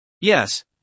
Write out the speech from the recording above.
Yes